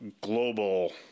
global